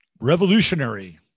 Revolutionary